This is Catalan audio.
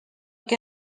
que